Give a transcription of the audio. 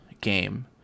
game